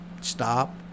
stop